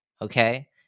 Okay